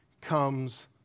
comes